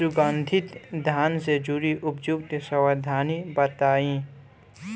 सुगंधित धान से जुड़ी उपयुक्त सावधानी बताई?